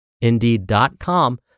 Indeed.com